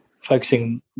focusing